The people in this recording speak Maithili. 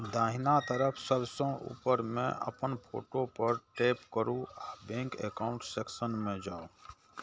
दाहिना तरफ सबसं ऊपर मे अपन फोटो पर टैप करू आ बैंक एकाउंट सेक्शन मे जाउ